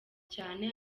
cyane